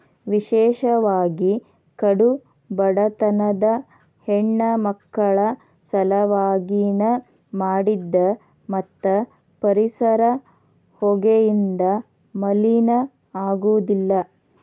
ವಿಶೇಷವಾಗಿ ಕಡು ಬಡತನದ ಹೆಣ್ಣಮಕ್ಕಳ ಸಲವಾಗಿ ನ ಮಾಡಿದ್ದ ಮತ್ತ ಪರಿಸರ ಹೊಗೆಯಿಂದ ಮಲಿನ ಆಗುದಿಲ್ಲ